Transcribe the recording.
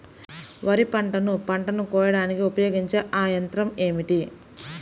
వరిపంటను పంటను కోయడానికి ఉపయోగించే ఏ యంత్రం ఏమిటి?